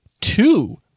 two